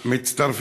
השאילתה: